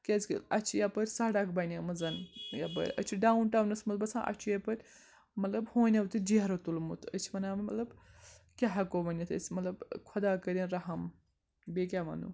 کیٛازِکہِ اَسہِ چھِ یَپٲرۍ سَڑک بَنیمٕژَن زن یپٲر أسۍ چھِ ڈاوُن ٹاونَس منٛز باسان اَسہِ چھُ یَپٲرۍ مطلب ہونیو تہِ جیرٕ تُلمُت أسۍ چھِ وَناوان مطلب کیٛاہ ہیکو ؤنِتھ أسۍ مطلب خۄدا کٔرِن رَحم بیٚیہِ کیاہ وَنو